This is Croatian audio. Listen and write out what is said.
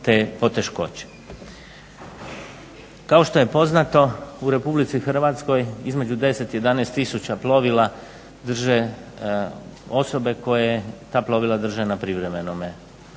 te poteškoće. Kao što je poznato u RH između 10 i 11 tisuća plovila drže osobe koje ta plovila drže u privremenom